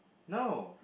no